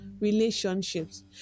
relationships